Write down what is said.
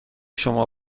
شما